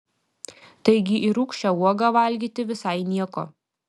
taigi ir rūgščią uogą valgyti visai nieko